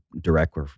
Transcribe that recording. direct